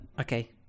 okay